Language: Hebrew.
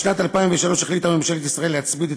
בשנת 2003 החליטה ממשלת ישראל להצמיד את